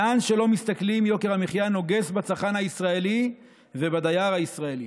לאן שלא מסתכלים יוקר המחיה נוגס בצרכן הישראלי ובדייר הישראלי.